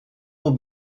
will